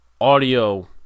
audio